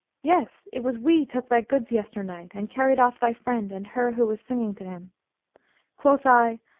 yes! it was we took thy goods yesternight and carried off thy friend and her who was singing to him quoth i,